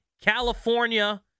California